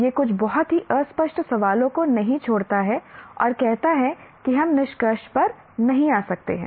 यह कुछ बहुत ही अस्पष्ट सवालों को नहीं छोड़ता है और कहता है कि हम निष्कर्ष पर नहीं आ सकते हैं